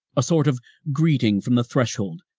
a sort of greeting from the threshold,